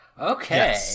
Okay